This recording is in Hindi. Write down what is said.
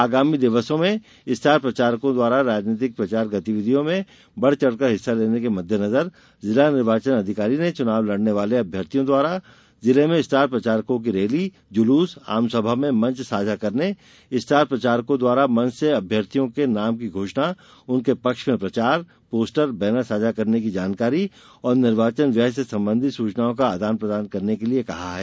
आगामी दिवसों में स्टार प्रचारकों द्वारा राजनैतिक प्रचार गतिविधियों में बढ़ चढ़ कर हिस्सा लेने के मद्देनजर जिला निर्वाचन अधिकारी ने चुनाव लड़ने वाले अभ्यार्थियों द्वारा जिले में स्टार प्रचारकों की रैली जुलूस आमसभा में मंच साझा करने स्टार प्रचारकों द्वारा मंच से अभ्यार्थियों के नाम की घोषणा उनके पक्ष में प्रचार पोस्टर बैनर साझा करने की जानकारी और निर्वाचन व्यय से संबंधित सूचनाओं का आदान प्रदान करने के लिए कहा है